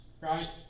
right